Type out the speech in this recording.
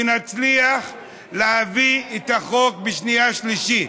ונצליח להעביר את החוק בשנייה ושלישית.